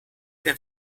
der